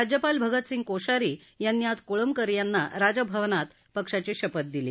राज्यपाल भगतसिंग कोश्यारी यांनी आज कोळंबकर यांना राजभवनात पक्षची शपथ दिली